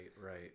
Right